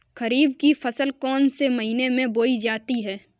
खरीफ की फसल कौन से महीने में बोई जाती है?